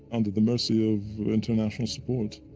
under the mercy of international support.